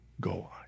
go